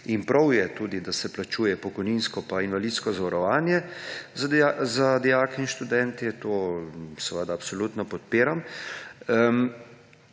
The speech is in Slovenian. Prav je tudi, da se plačuje pokojninsko pa invalidsko zavarovanje za dijake in študente. To absolutno podpiram.